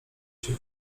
się